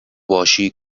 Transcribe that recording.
باشی